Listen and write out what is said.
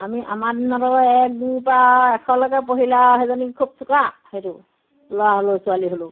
আমি আমাৰ দিনত আৰু এক দুইৰ পৰা আৰু এশলৈকে পঢ়িলে আৰু সেইজনীক খুব চোকা সেইটো ল'ৰা হ'লেও ছোৱালী হ'লেও